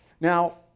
Now